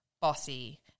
Bossy